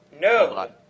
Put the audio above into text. No